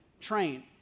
train